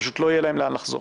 פשוט לא יהיה להם לאן לחזור.